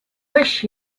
wish